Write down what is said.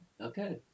Okay